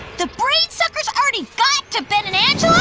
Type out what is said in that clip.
the brain suckers already got to ben and and